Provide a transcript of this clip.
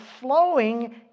flowing